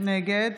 נגד